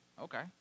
Okay